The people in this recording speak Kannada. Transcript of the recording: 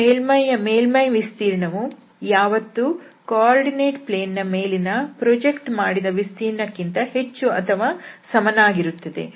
ಒಂದು ಮೇಲ್ಮೈಯ ಮೇಲ್ಮೈ ವಿಸ್ತೀರ್ಣವು ಯಾವತ್ತೂ ನಿರ್ದೇಶಾಂಕ ಸಮತಲ ದ ಮೇಲೆ ಪ್ರಾಜೆಕ್ಟ್ ಮಾಡಿದ ವಿಸ್ತೀರ್ಣಕ್ಕಿಂತ ಹೆಚ್ಚು ಅಥವಾ ಸಮಾನವಾಗಿರುತ್ತದೆ